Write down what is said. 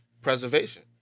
preservation